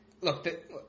look